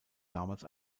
damals